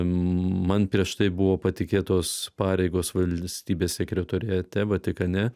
man prieš tai buvo patikėtos pareigos valstybės sekretoriate vatikane